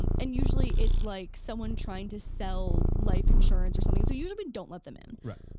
um and usually it's like someone trying to sell life insurance or something, so usually we don't let them in. right.